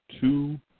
two